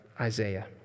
Isaiah